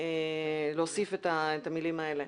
להוסיף את המילים האלה.